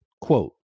Quote